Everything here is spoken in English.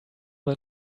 than